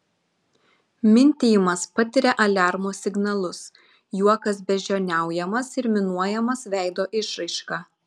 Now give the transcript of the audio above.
mintijimas patiria aliarmo signalus juokas beždžioniaujamas ir minuojamas veido išraiška